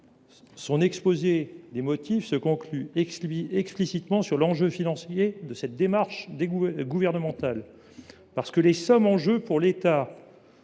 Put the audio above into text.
Son exposé des motifs se conclut explicitement sur l’enjeu financier qui préside à cette démarche gouvernementale. Les sommes en jeu pour l’État